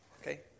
Okay